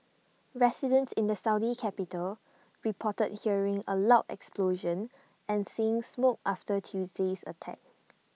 residents in the Saudi capital reported hearing A loud explosion and seeing smoke after Tuesday's attack